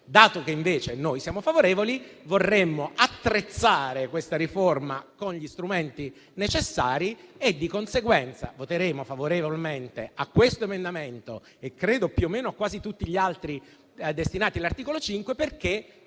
Dato che invece noi siamo favorevoli, vorremmo attrezzare questa riforma con gli strumenti necessari e, di conseguenza, voteremo favorevolmente a questo emendamento e credo, più o meno, a quasi tutti gli altri riferiti all'articolo 5, perché